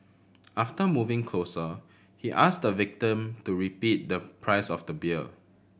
after moving closer he asked the victim to repeat the price of the beer